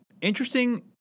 interesting